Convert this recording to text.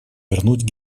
вернуть